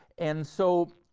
and, so,